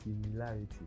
similarity